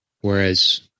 Whereas